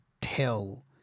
tell